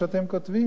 זה ספר?